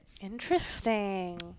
interesting